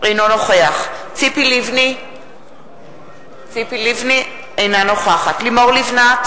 אינו נוכח ציפי לבני, אינה נוכחת לימור לבנת,